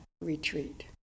retreat